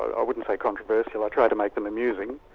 i wouldn't say controversial, i try to make them amusing,